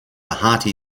hearty